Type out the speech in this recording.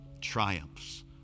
triumphs